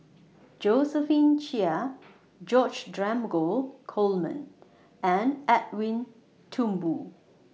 Josephine Chia George Dromgold Coleman and Edwin Thumboo